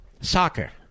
Soccer